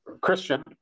christian